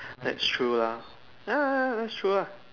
that's true lah ya that's true lah